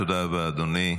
תודה רבה, אדוני.